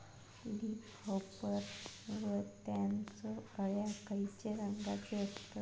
Leaf hopper व त्यानचो अळ्या खैचे रंगाचे असतत?